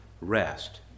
rest